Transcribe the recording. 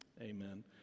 Amen